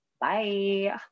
Bye